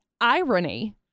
irony